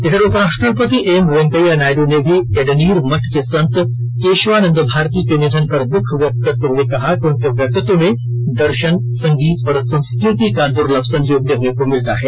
इधर उपराष्ट्रपति एम वेंकैया नायडू ने भी एडनीर मठ के संत केशवानंद भारती के निधन पर दुख व्यक्त करते हुए कहा है कि उनके व्यक्तित्व में दर्शन संगीत और संस्कृति का दुर्लभ संयोग देखने को मिलता है